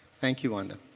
thank you, wanda.